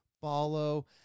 Follow